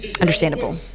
understandable